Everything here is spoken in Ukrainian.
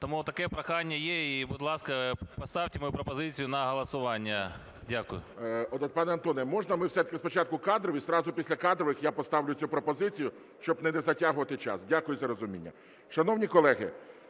Тому таке прохання є. І, будь ласка, поставте мою пропозицію на голосування. Дякую. ГОЛОВУЮЧИЙ. Пане Антоне, можна, ми все-таки спочатку кадрові, і зразу після кадрових я поставлю цю пропозицію? Щоб не затягувати час. Дякую за розуміння. Шановні колеги,